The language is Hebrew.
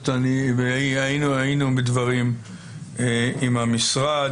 היינו בדברים עם המשרד.